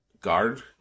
guard